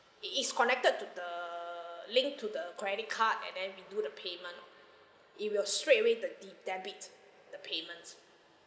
it is connected to the linked to the credit card and then we do the payment it will straight away de~ debit the payment